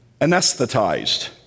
Anesthetized